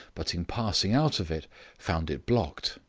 but in passing out of it found it blocked.